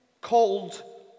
called